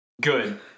Good